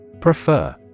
Prefer